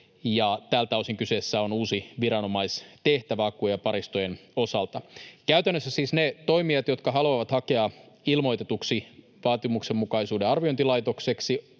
Tältä osin kyseessä on uusi viranomaistehtävä akkujen ja paristojen osalta. Käytännössä siis niiden toimijoiden, jotka haluavat hakea ilmoitetuksi vaatimuksenmukaisuuden arviointilaitokseksi,